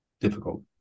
difficult